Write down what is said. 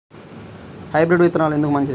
Hybrid విత్తనాలు ఎందుకు మంచిది?